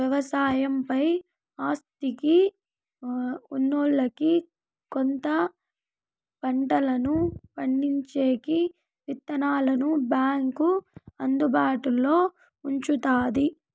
వ్యవసాయం పై ఆసక్తి ఉన్నోల్లకి కొత్త పంటలను పండించేకి విత్తనాలను బ్యాంకు అందుబాటులో ఉంచుతాది